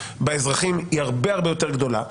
באזרחים היא הרבה הרבה יותר גדולה,